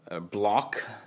block